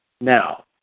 Now